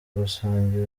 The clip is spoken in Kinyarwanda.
gusangira